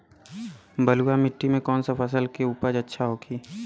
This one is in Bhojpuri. बलुआ मिट्टी में कौन सा फसल के उपज अच्छा होखी?